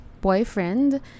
boyfriend